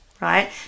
right